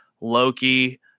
Loki